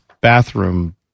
bathroom